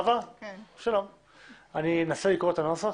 אני אנסה לקרוא את הנוסח